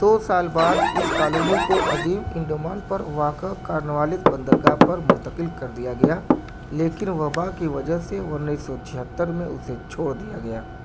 دو سال بعد اس کالونی کو عظیم انڈمان پر واقع کارنوالس بندرگاہ پر منتقل کر دیا گیا لیکن وبا کی وجہ سے انیس سو چھتر میں اسے چھوڑ دیا گیا